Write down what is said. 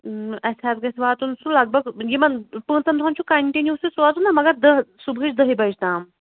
اَسہِ حظ گژھِ واتُن سُہ لگ بگ یِمَن پانٛژَن دۄہَن چھُ کَنٹِنیوٗ سُہ سوزُن نہ مگر دہ صُبحٕچ دہہِ بَجہِ تام